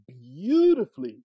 beautifully